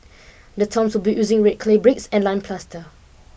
the tombs were built using red clay bricks and lime plaster